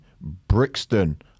Brixton